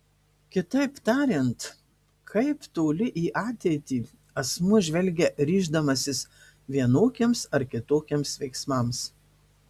kitaip tariant kaip toli į ateitį asmuo žvelgia ryždamasis vienokiems ar kitokiems veiksmams